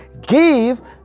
Give